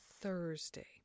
Thursday